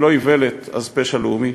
אם לא "איוולת" אז "פשע לאומי".